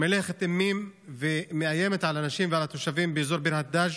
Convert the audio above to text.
שמהלכת אימים ומאיימת על אנשים ועל התושבים באזור ביר-הדאג'.